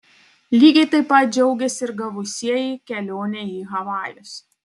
lygiai taip pat džiaugėsi ir gavusieji kelionę į havajus